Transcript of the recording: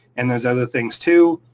and there's other things, too.